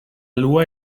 loi